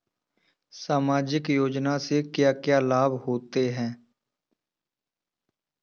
सामाजिक योजना से क्या क्या लाभ होते हैं?